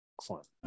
excellent